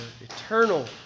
eternal